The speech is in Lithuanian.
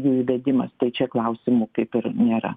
jų įvedimas tai čia klausimų kaip ir nėra